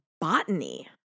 botany